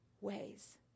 ways